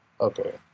Okay